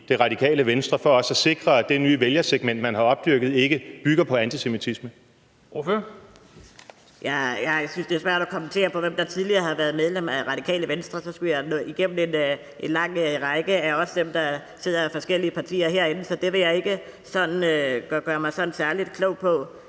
i Radikale Venstre for også at sikre, at holdningerne hos det nye vælgersegment, man har opdyrket, ikke bygger på antisemitisme?